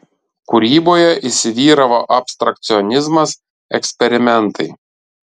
kūryboje įsivyravo abstrakcionizmas eksperimentai